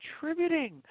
contributing